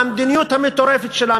המדיניות המטורפת שלה,